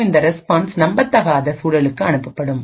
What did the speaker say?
மற்றும் இந்த ரெஸ்பான்ஸ் நம்பத்தகாத சூழலுக்கு அனுப்பப்படும்